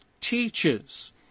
teaches